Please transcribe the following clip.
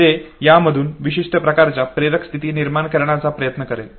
जे यामधून विशिष्ट प्रकारच्या प्रेरक स्थिती निर्माण करण्याचा प्रयत्न करेल